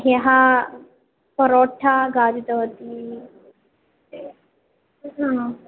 ह्यः परोठा खादितवती